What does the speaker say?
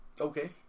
Okay